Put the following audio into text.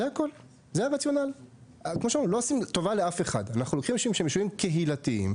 לכאורה ההכנסה של חוסר התאמה של מועמד למרקם קהילתי של היישוב,